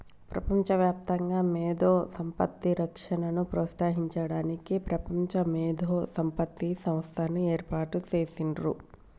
ప్రపంచవ్యాప్తంగా మేధో సంపత్తి రక్షణను ప్రోత్సహించడానికి ప్రపంచ మేధో సంపత్తి సంస్థని ఏర్పాటు చేసిర్రు